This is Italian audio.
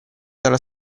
dalla